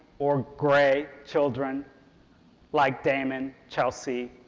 or grey, children like damon, chelsea,